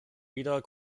wieder